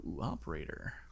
operator